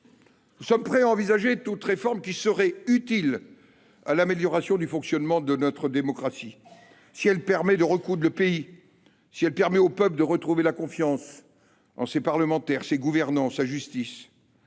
Nous sommes prêts à envisager toute réforme à même d’améliorer le fonctionnement de notre démocratie, si elle permet de recoudre le pays, si elle permet au peuple de retrouver confiance en ses parlementaires, en ses gouvernants et en sa justice.